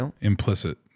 implicit